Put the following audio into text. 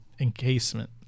encasement